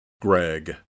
greg